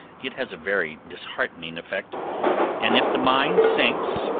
it has a very disheartening effect and, if the mind sinks,